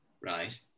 Right